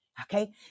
Okay